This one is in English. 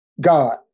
God